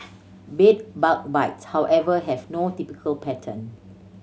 bed bug bites however have no typical pattern